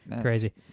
crazy